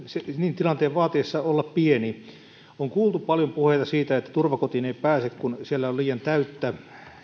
tilanteen niin vaatiessa olla pieni on kuultu paljon puheita siitä että turvakotiin ei pääse kun siellä on liian täyttä